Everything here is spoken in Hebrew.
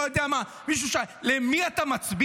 לא יודע מה, מישהו שאל למי אתה מצביע?